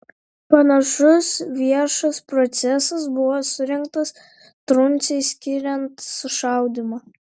panašus viešas procesas buvo surengtas truncei skiriant sušaudymą